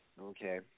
Okay